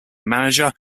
manager